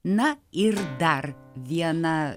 na ir dar viena